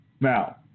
Now